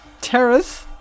Terrace